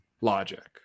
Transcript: logic